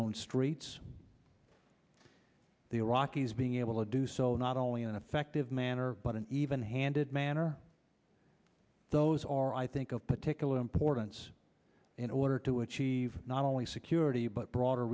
own streets the iraqis being able to do so not only in an effective manner but an even handed manner those are i think of particular importance in order to achieve not only security but broader